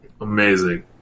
Amazing